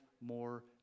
more